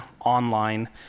online